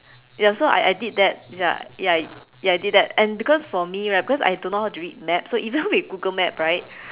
ya so I I did that ya ya ya I did that and because for me right because I don't know how to read map so even with Google maps right